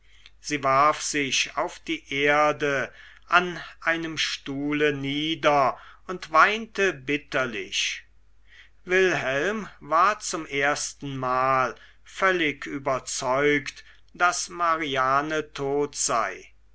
sie warf sich auf die erde an einem stuhle nieder und weinte bitterlich wilhelm war zum erstenmal völlig überzeugt daß mariane tot sei